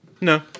No